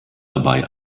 dabei